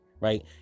right